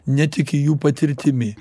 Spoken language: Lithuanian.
netiki jų patirtimi